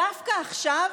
דווקא עכשיו,